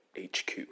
HQ